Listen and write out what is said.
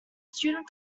student